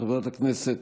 חברת הכנסת